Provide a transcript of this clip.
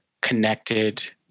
connected